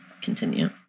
Continue